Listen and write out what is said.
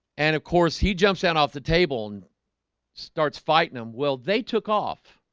and of course, he jumps out off the table and starts fighting them. well, they took off